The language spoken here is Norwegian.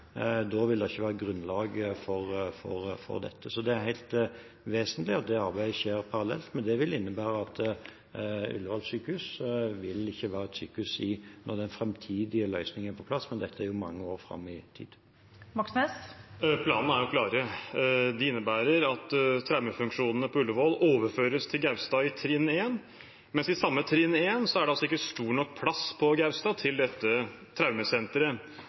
Da vil det ikke være grunnlag for det. Det er helt vesentlig at dette arbeidet skjer parallelt, men det vil innebære at Ullevål sykehus ikke vil være et sykehus når den framtidige løsningen er på plass. Men dette er mange år fram i tid. Det åpnes for oppfølgingsspørsmål – først Bjørnar Moxnes. Planene er jo klare. De innebærer at traumefunksjonene på Ullevål overføres til Gaustad i trinn 1, men i samme trinn 1 er det ikke stor nok plass på Gaustad til dette traumesenteret.